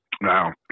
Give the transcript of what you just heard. Now